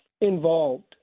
involved